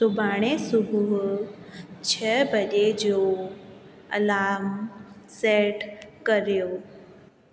सुभाणे सुबुह छह बजे जो अलार्म सेट करियो